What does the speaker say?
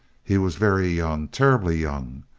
he was very young terribly young.